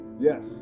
Yes